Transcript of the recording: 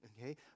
okay